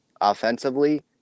offensively